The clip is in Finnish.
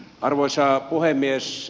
arvoisa puhemies